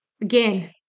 Again